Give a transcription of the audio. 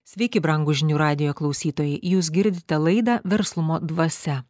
sveiki brangūs žinių radijo klausytojai jūs girdite laidą verslumo dvasia